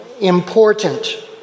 important